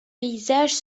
paysages